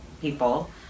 people